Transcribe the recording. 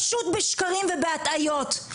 פשוט בשקרים ובהטעיות.